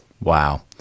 wow